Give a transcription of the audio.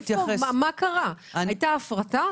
מההפרטה?